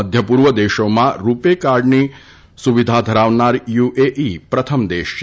મધ્ય પૂર્વ દેશોમાં રૂપે કાર્ડની સુવિધા ધરાવનાર યુએઇ પ્રથમ દેશ છે